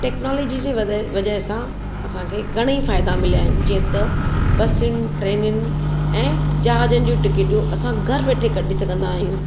technology जे वधय वजह सां असांखे घणाई फ़ाइदा मिलिया आहिनि जीअं त बसियुनि ट्रेनियुनि ऐं जहाजनि जूं टिकेटियूं असां घर वेठे कढी सघंदा आहियूं